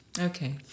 Okay